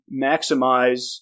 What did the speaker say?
maximize